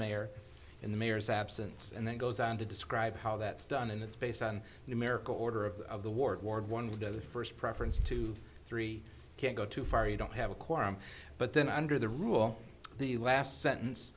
mayor in the mayor's absence and then goes on to describe how that's done and it's based on numerical order of of the ward ward one of the first preference to three can't go too far you don't have a quorum but then under the rule the last sentence